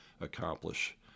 accomplish